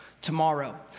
tomorrow